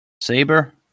Saber